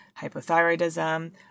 hypothyroidism